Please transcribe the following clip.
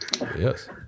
Yes